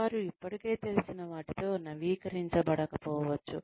వారు ఇప్పటికే తెలిసిన వాటితో నవీకరించబడకపోవచ్చు